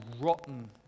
rotten